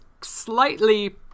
slightly